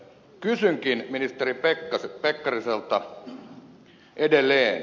kysynkin ministeri pekkariselta edelleen